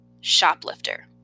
shoplifter